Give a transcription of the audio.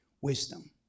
wisdom